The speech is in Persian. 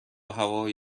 هوای